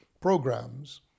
programs